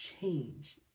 change